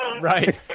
Right